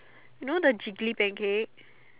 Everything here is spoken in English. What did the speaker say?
you know the jiggly pancake